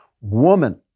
WOMAN